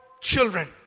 children